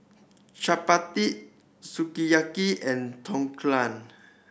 Chapati Sukiyaki and